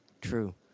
True